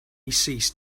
ceased